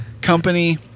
company